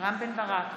רם בן ברק,